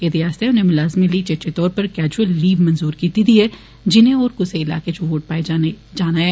एदे आस्तै उनें मलाज़में लेंई चेचे तौरा पर कैजुअल लीव मंजूर कीती गेदी ऐ जिने होर कुसै इलाके च वोट पाने लेई जाना ऐ